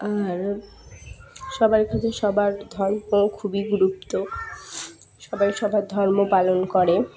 আর সবার কাছে সবার ধর্ম খুবই গুরুত্ব সবাই সবার ধর্ম পালন করে